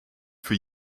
für